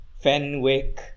Fenwick